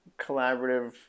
collaborative